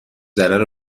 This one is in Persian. ضرر